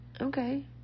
Okay